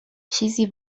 چیزی